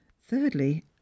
Thirdly